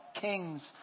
kings